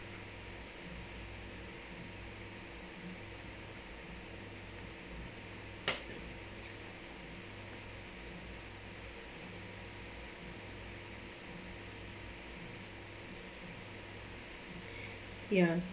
ya